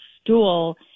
stool